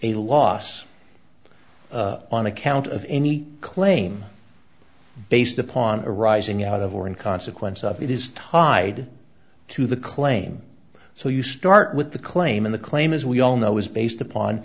a loss on account of any claim based upon arising out of or in consequence of it is tied to the claim so you start with the claim in the claim as we all know is based upon